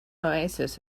oasis